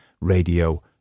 radio